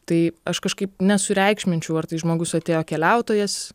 tai aš kažkaip nesureikšminčiau ar tai žmogus atėjo keliautojas